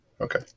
Okay